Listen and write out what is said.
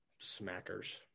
Smackers